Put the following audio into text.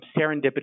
serendipitous